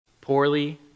poorly